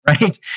Right